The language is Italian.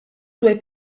due